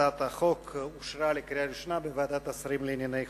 הצעת החוק אושרה לקריאה ראשונה בוועדת השרים לענייני חקיקה.